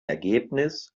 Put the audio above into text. ergebnis